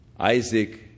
Isaac